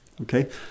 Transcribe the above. Okay